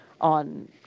on